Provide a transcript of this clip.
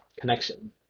connection